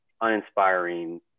uninspiring